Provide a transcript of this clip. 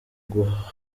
guhaguruka